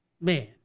man